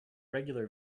regular